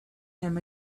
him